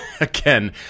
again